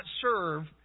serve